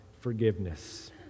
forgiveness